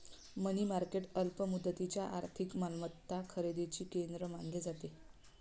मनी market अल्प मुदतीच्या आर्थिक मालमत्ता खरेदीचे केंद्र मानले जाते